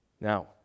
Now